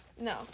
No